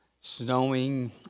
snowing